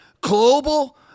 global